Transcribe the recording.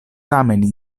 tamen